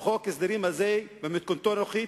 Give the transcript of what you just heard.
וחוק ההסדרים הזה במתכונתו הנוכחית,